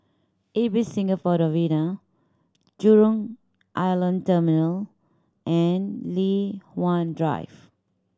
Ibis Singapore Novena Jurong Island Terminal and Li Hwan Drive